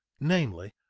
namely,